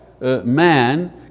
man